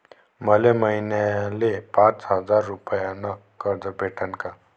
मले महिन्याले पाच हजार रुपयानं कर्ज भेटन का?